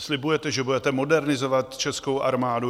Slibujete, že budete modernizovat českou armádu.